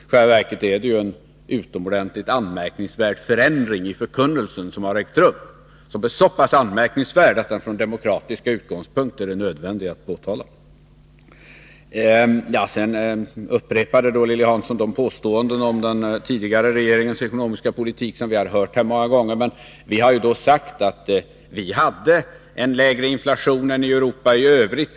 I själva verket är det en utomordentligt anmärkningsvärd förändring i förkunnelsen som har ägt rum. Den är så pass anmärkningsvärd att den från demokratiska utgångspunkter är nödvändig att påtala. Lilly Hansson upprepade de påståenden om den tidigare regeringens ekonomiska politik som vi har hört många gånger. Men vi har sagt att vi hade en lägre inflation än i Europa i övrigt.